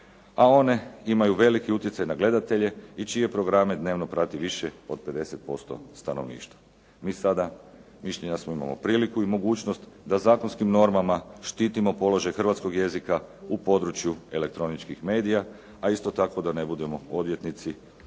a one imaju veliki utjecaj na gledatelje i čije programe dnevno prati više od 50% stanovništva. Mi sada mišljenja smo imamo priliku i mogućnost da zakonskim normama štitimo položaj hrvatskog jezika u području elektroničkih medija, a isto tako da ne budemo odvjetnici